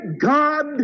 God